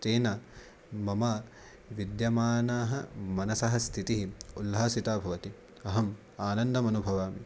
तेन मम विद्यमानाः मनसः स्थितिः उल्लासिता भवति अहम् आनन्दम् अनुभवामि